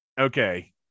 Okay